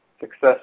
success